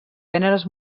gèneres